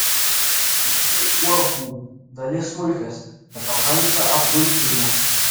mažai uogų dalis smulkios nepakanka apdulkinimo